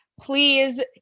please